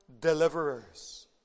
deliverers